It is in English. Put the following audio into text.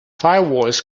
firewalls